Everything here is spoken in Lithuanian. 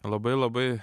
labai labai